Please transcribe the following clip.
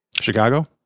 Chicago